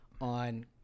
on